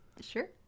Sure